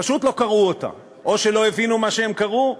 פשוט לא קראו אותה, או שלא הבינו מה שהם קראו.